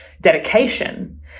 dedication